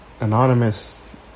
anonymous